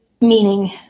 meaning